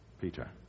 Peter